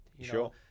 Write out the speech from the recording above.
Sure